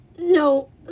No